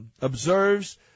observes